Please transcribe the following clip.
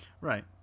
Right